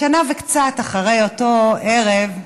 שנה וקצת אחרי אותו ערב,